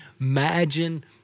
imagine